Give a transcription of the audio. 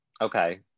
okay